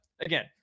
again